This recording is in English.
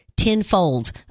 tenfold